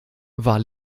war